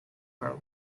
are